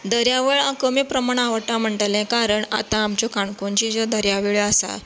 दर्यावळ हांव कमी प्रमाणान आवडटा म्हणटलें कारण आतां आमच्यो काणकोणच्यो ज्यो दर्यावेळो आसा